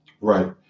Right